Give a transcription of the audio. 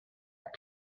átha